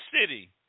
city